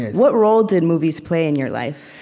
what role did movies play in your life?